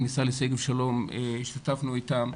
בכניסה לשגב שלום השתתפנו איתם,